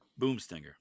Boomstinger